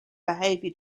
behaviour